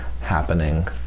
happening